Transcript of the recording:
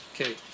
Okay